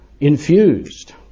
infused